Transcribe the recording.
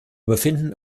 befinden